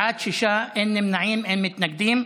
בעד, שישה, אין נמנעים, אין מתנגדים.